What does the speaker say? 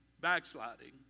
backsliding